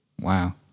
Wow